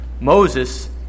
Moses